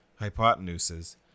hypotenuses